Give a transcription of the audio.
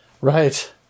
Right